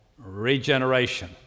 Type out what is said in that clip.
Regeneration